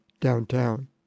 downtown